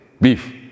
beef